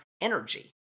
energy